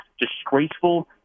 disgraceful